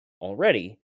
already